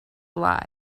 lie